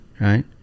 right